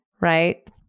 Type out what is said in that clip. right